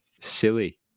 silly